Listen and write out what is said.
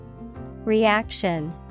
Reaction